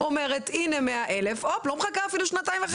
אומרת הנה 100,000. לא משנה אפילו שנתיים וחצי.